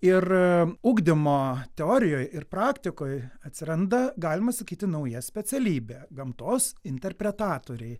ir ugdymo teorijoj ir praktikoj atsiranda galima sakyti nauja specialybė gamtos interpretatoriai